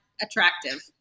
attractive